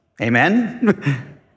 Amen